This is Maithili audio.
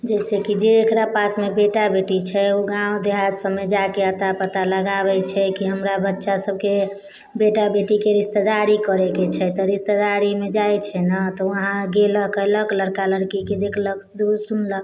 जइसेकि जकरा पासमे बेटा बेटी छै ओ गाँव देहात सबमे जाकऽ अता पता लगाबै छै कि हमरा बच्चा सबके बेटा बेटीके रिश्तेदारी करैके छै तऽ रिश्तेदारीमे जाइ छै ने तऽ वहाँ गेलक लड़का लड़कीके देखलक सुनलक